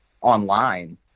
online